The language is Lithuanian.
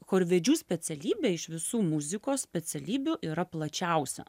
chorvedžių specialybė iš visų muzikos specialybių yra plačiausia